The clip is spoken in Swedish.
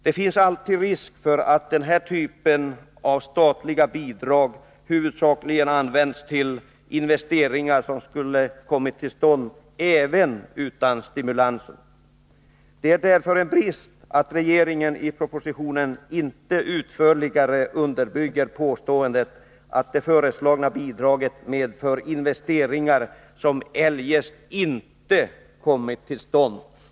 Det finns alltid risk för att denna typ av statliga bidrag huvudsakligen används till investeringar som skulle ha kommit till stånd även utan stimulanser. Det är därför en brist att regeringen i propositionen inte utförligare underbygger påståendet att det föreslagna bidraget medför investeringar som ”eljest inte kommit till stånd”.